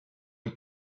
and